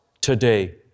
today